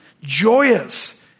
joyous